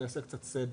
אני אעשה קצת סדר,